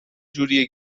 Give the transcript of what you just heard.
جوریه